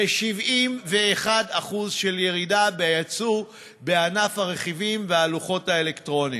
71% של ירידה ביצוא בענף הרכיבים והלוחות האלקטרוניים,